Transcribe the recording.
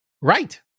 Right